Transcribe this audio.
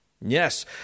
Yes